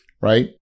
right